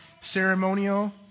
ceremonial